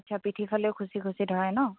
পিঠিৰ ফালেও খুচি খুচি ধৰে ন